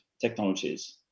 Technologies